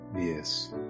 Yes